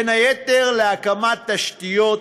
בין היתר להקמת תשתיות,